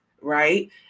right